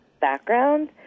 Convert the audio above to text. background